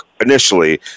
initially